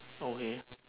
okay